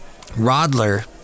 Rodler